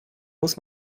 muss